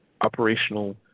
operational